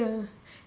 ya ya ya ya ya